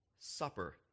Supper